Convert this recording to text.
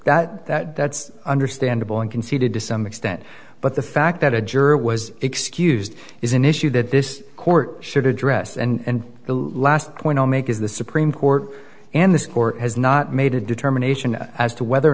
that that that's understandable and conceded to some extent but the fact that a juror was excused is an issue that this court should address and the last point i'll make is the supreme court and this court has not made a determination as to whether or